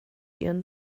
ihren